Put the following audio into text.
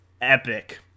epic